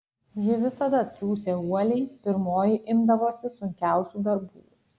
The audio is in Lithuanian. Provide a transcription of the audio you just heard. ji visada triūsė uoliai pirmoji imdavosi sunkiausių darbų